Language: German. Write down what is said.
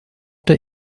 der